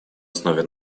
основе